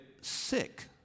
sick